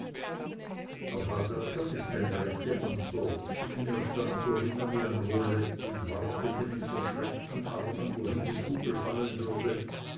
auf all das gab es keine rechte antwort vielmehr stand corinna wie am roulett und wartete mit verschränkten armen wohin die kugel fallen würde